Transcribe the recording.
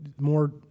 more